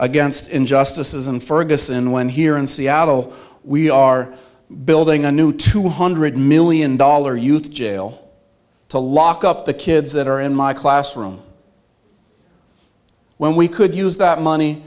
against injustices in ferguson when here in seattle we are building a new two hundred million dollar youth jail to lock up the kids that are in my classroom when we could use that money